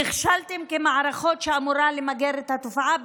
נכשלתם כמערכות שאמורות למגר את התופעה.